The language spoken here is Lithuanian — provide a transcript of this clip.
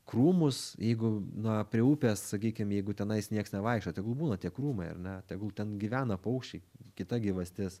krūmus jeigu na prie upės sakykim jeigu tenais nieks nevaikšto tegul būna tie krūmai ar ne tegul ten gyvena paukščiai kita gyvastis